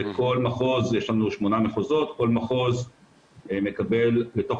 יש שמונה מחוזות וכל מחוז מקבל לתוך